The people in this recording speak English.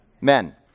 Men